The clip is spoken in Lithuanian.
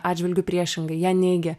atžvilgiu priešingai ją neigia